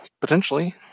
Potentially